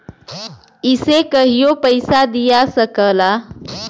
इसे कहियों पइसा दिया सकला